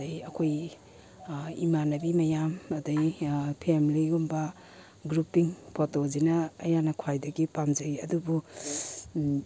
ꯑꯗꯩ ꯑꯩꯈꯣꯏ ꯏꯃꯥꯟꯅꯕꯤ ꯃꯌꯥꯝ ꯑꯗꯩ ꯐꯦꯝꯂꯤꯒꯨꯝꯕ ꯒ꯭ꯔꯨꯄꯤꯡ ꯐꯣꯇꯣꯁꯤꯅ ꯑꯌꯥꯛꯅ ꯈ꯭ꯋꯥꯏꯗꯒꯤ ꯄꯥꯝꯖꯩ ꯑꯗꯨꯕꯨ